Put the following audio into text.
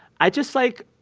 i just like,